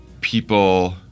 People